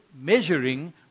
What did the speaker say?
measuring